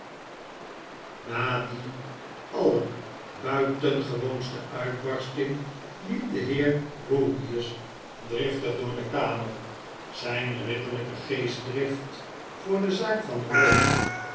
na die allerbuitengewoonste uitbarsting liep de heer grewgious driftig door de kamer zp ridderlyke geestdrift voor de zaak van rosa